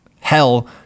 hell